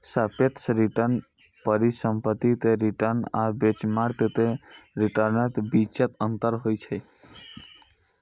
सापेक्ष रिटर्न परिसंपत्ति के रिटर्न आ बेंचमार्क के रिटर्नक बीचक अंतर होइ छै